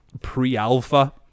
pre-alpha